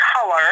color